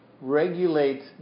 regulate